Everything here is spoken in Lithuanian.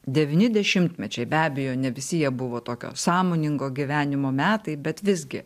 devyni dešimtmečiai be abejo ne visi jie buvo tokio sąmoningo gyvenimo metai bet visgi